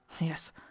yes